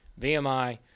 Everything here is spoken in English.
VMI